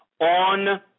on